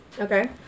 Okay